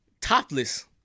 topless